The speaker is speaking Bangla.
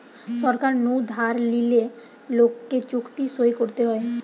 সরকার নু ধার লিলে লোককে চুক্তি সই করতে হয়